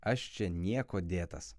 aš čia niekuo dėtas